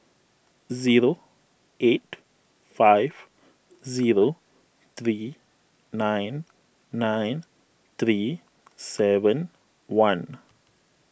zero eight five zero three nine nine three seven one